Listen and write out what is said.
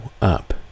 up